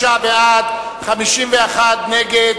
26 בעד, 51 נגד,